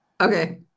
okay